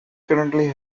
currently